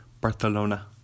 Barcelona